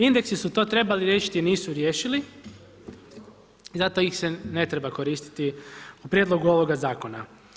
Indeksi su to trebali riješiti a nisu riješili i zato ih se ne treba koristiti u prijedlogu ovoga zakona.